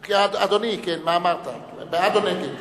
אדוני, מה אמרת, בעד או נגד?